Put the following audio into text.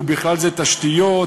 ובכלל זה תשתיות,